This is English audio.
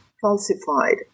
falsified